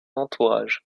entourage